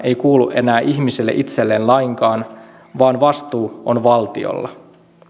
ei kuulu enää ihmiselle itselleen lainkaan vaan vastuu on valtiolla